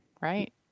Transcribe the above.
Right